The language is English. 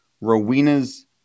Rowena's